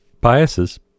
biases